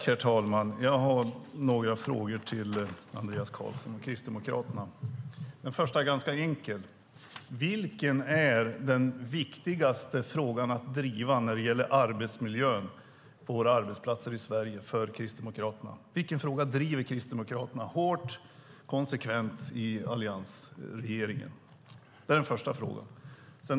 Herr talman! Jag har några frågor till Andreas Carlson och Kristdemokraterna. Den första är ganska enkel. Vilken är den viktigaste frågan för Kristdemokraterna att driva när det gäller arbetsmiljön på våra arbetsplatser i Sverige? Vilken fråga driver alltså Kristdemokraterna hårt och konsekvent i alliansregeringen?